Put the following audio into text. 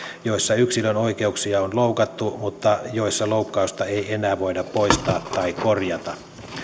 joissa yksilön oikeuksia on loukattu mutta joissa loukkausta ei enää voida poistaa tai korjata